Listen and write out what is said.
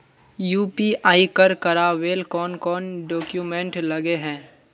UPI कर करावेल कौन कौन डॉक्यूमेंट लगे है?